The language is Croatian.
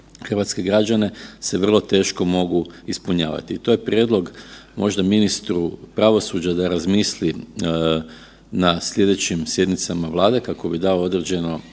hrvatske građane se vrlo teško mogu ispunjavati. To je prijedlog možda ministru pravosuđa da razmisli na slijedećim sjednicama Vlade kako bi dao određene